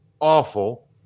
Awful